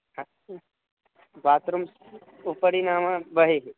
हा बात्रूम्स् उपरि नाम बहिः